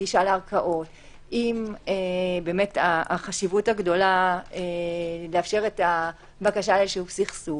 גישה לערכאות עם החשיבות הגדולה לאפשר את הבקשה ליישוב סכסוך,